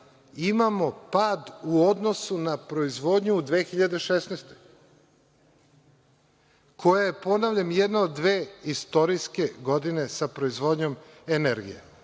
imamo pad u odnosu na proizvodnju u 2016. koja je, ponavljam, jedna od dve istorijske godine sa proizvodnjom energije. Ta